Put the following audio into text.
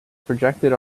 projected